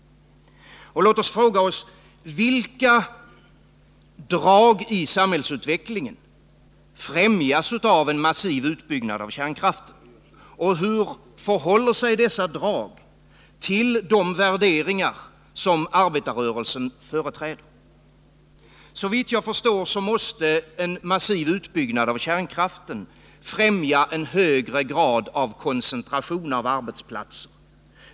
Låt oss fråga oss: Vilka drag i samhällsutvecklingen främjas av en massiv utbyggnad av kärnkraften, och hur förhåller sig dessa drag till de värderingar som arbetarrörelsen företräder? Såvitt jag förstår måste en massiv utbyggnad av kärnkraften främja en högre grad av koncentration av arbetsplatser.